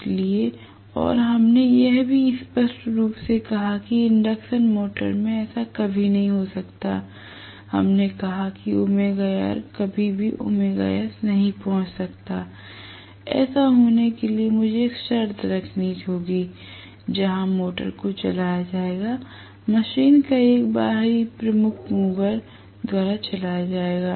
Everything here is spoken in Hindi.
इसलिए और हमने यह भी स्पष्ट रूप से कहा कि इंडक्शन मोटर में ऐसा कभी नहीं हो सकता है हमने कहा कि कभी भी नहीं पहुंच सकते हैं ऐसा होने के लिए मुझे एक शर्त रखनी होगी जहां मोटर को चलाया जाएगा मशीन एक बाहरी प्रमुख मूवर द्वारा संचालित किया जाएगा